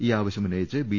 ഈ ആവശ്യമുന്നയിച്ച് ബി